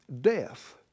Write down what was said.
death